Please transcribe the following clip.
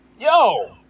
Yo